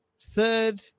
Third